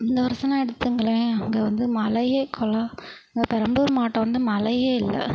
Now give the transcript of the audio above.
இந்த வருடம்லாம் எடுத்துங்களேன் அங்கே வந்து மழையே கொல இங்கே பெரம்பலூர் மாவட்டம் வந்து மழையே இல்லை